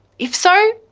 if so,